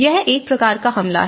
यह एक प्रकार का हमला है